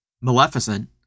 Maleficent